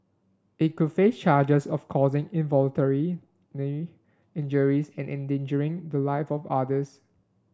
it could face charges of causing involuntary injuries and endangering the live of others